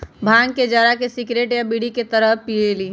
भांग के जरा के सिगरेट आ बीड़ी के तरह पिअईली